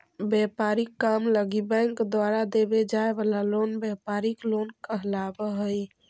व्यापारिक काम लगी बैंक द्वारा देवे जाए वाला लोन व्यापारिक लोन कहलावऽ हइ